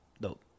dope